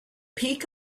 peak